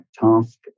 task